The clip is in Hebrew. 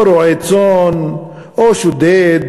או רועה צאן, או שודד,